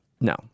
No